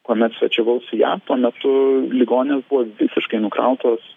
kuomet svečiavausi jav tuo metu ligoninės buvo visiškai nukrautos